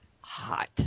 hot